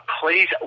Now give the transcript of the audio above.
please